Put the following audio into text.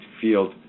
field